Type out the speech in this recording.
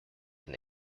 than